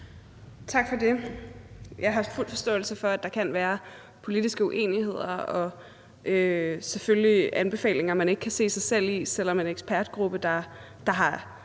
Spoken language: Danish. Tak for det. Jeg har fuld forståelse for, at der kan være politiske uenigheder og selvfølgelig også anbefalinger, man ikke kan se sig selv i, selv om det er en ekspertgruppe, der